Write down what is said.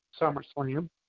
SummerSlam